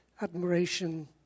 admiration